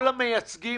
כל המעסיקים